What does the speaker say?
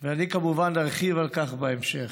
ואני כמובן ארחיב על כך בהמשך.